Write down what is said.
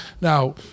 Now